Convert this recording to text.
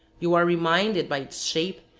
you are reminded by its shape,